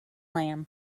lamb